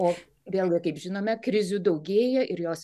o vėlgi kaip žinome krizių daugėja ir jos